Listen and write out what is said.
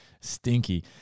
stinky